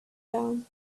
down